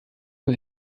von